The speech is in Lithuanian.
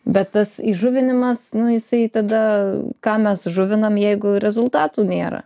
bet tas įžuvinimas nu jisai tada kam mes žuvinam jeigu rezultatų nėra